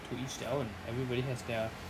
to each their own everybody has their